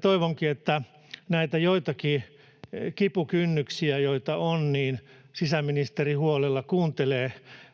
Toivonkin, että näitä joitakin kipukynnyksiä, joita on, sisäministeri huolella kuuntelee